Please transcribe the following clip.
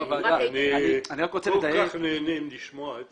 אנחנו כל כך נהנים לשמוע את